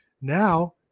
Now